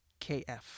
KF